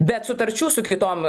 bet sutarčių su kitom